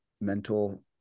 mental